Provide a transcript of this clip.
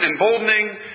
emboldening